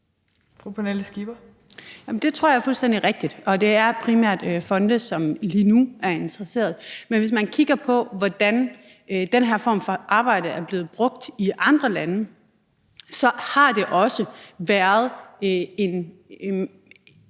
Det tror jeg er fuldstændig rigtigt, og det er primært fonde, som lige nu er interesserede. Men hvis man kigger på, hvordan den her form for arbejde er blevet brugt i andre lande, så har det været en